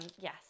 yes